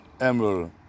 emerald